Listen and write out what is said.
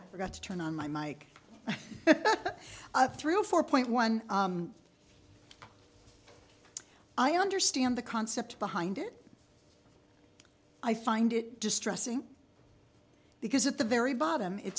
ok forgot to turn on my mike up through four point one i understand the concept behind it i find it distressing because at the very bottom it